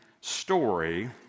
story